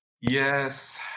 Yes